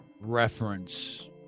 reference